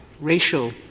racial